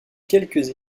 quelques